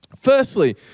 Firstly